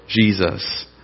Jesus